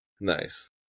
Nice